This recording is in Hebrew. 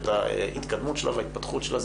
את ההתקדמות שלה ואת ההתפתחות שלה,